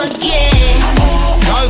again